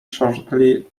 shortly